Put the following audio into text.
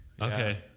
Okay